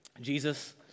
Jesus